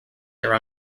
their